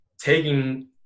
taking